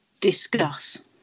discuss